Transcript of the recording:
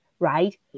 right